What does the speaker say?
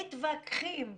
מתווכחים,